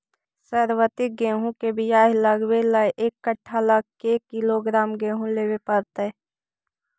सरबति गेहूँ के बियाह लगबे ल एक कट्ठा ल के किलोग्राम गेहूं लेबे पड़तै?